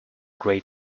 grey